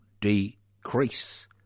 decrease